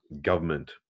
government